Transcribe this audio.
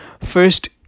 first